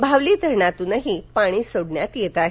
भावली धरणातूनही पाणी सोडण्यात येत आहे